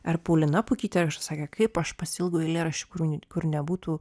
ar paulina pukytė sakė kaip aš pasiilgau eilėraščių kurių kur nebūtų